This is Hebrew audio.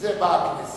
בשביל זה באה הכנסת,